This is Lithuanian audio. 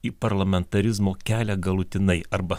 į parlamentarizmo kelią galutinai arba